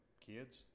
kids